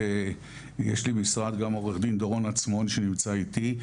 יש לי משרד גם עורך דין דורון עצמון שנמצא איתי,